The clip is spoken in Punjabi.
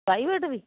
private we